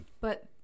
But-